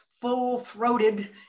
full-throated